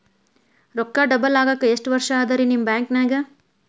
ರೊಕ್ಕ ಡಬಲ್ ಆಗಾಕ ಎಷ್ಟ ವರ್ಷಾ ಅದ ರಿ ನಿಮ್ಮ ಬ್ಯಾಂಕಿನ್ಯಾಗ?